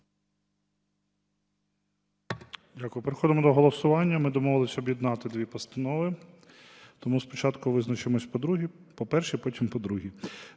Дякую. Переходимо до голосування. Ми домовилися об'єднати дві постанови, тому спочатку визначимося по першій, потім по другій.